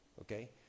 Okay